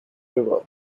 river